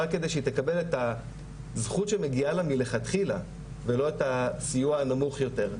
רק כדי שהיא תקבל את הזכות שמגיעה לה מלכתחילה ולא את הסיוע הנמוך יותר.